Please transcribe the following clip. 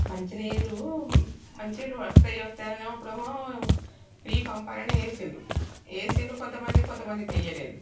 మంచి నీరు మంచి నీళ్ళు వస్తాయి వస్తాయి అని అప్పుడేమో ఫ్రీ పంపు అని వేశారు వేశారు కొంతమందికి కొంతమందికి వెయ్యలేదు